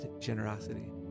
generosity